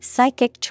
Psychic